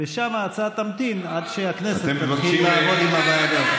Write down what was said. ושם ההצעה תמתין עד שהכנסת תתחיל לעבוד עם הוועדה.